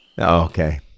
okay